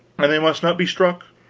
and they must not be struck,